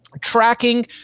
tracking